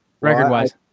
record-wise